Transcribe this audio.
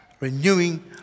Renewing